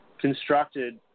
constructed